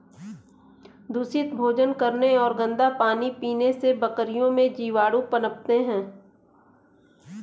दूषित भोजन करने और गंदा पानी पीने से बकरियों में जीवाणु पनपते हैं